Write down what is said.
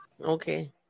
Okay